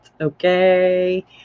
Okay